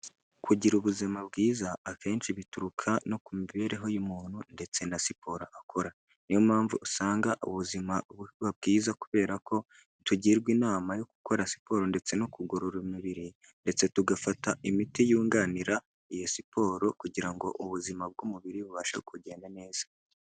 Kugira ubuzima bwiza akenshi bituruka no ku mibereho y'umuntu ndetse na siporo akora, niyo mpamvu usanga ubuzima buba bwiza kubera ko tugirwa inama yo gukora siporo ndetse no kugorora umubiri ndetse tugafata imiti yunganira iyo siporo kugira ngo ubuzima bw'umubiri bubashe kugenda neza.